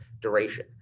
duration